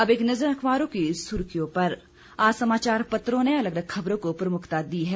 अब एक नज़र अखबारों की सुर्खियों पर आज समाचार पत्रों ने अलग अलग खबरों को प्रमुखता दी है